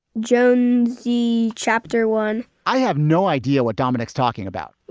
jonesy. chapter one. i have no idea what dominic's talking about,